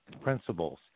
principles